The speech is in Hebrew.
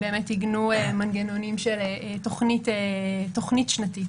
עיגנו מנגנונים של תוכנית שנתית.